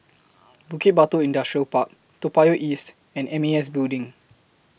Bukit Batok Industrial Park Toa Payoh East and M A S Building